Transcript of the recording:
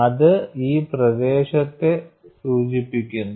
അത് ഈ പ്രദേശത്തെ സൂചിപ്പിക്കുന്നു